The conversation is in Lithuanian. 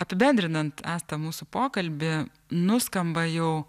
apibendrinant asta mūsų pokalbį nuskamba jau